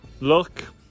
look